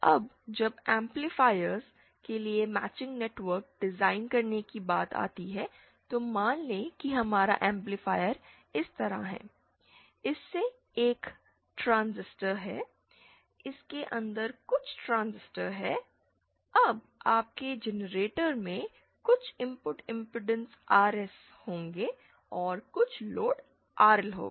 अब जब एम्पलीफायरों के लिए मैचिंग नेटवर्क डिजाइन करने की बात आती है तो मान लें कि हमारा एम्पलीफायर इस तरह है इसमें एक ट्रांजिस्टर है इसके अंदर कुछ ट्रांजिस्टर है अब आपके जनरेटर में कुछ इनपुट इमपेडेंस RS होंगे और कुछ लोड RL होगा